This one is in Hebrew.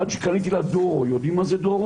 עד שקניתי לה דורו יודעים מה זה דורו?